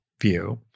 view